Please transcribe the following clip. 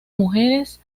mujeres